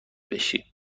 بشی